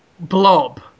Blob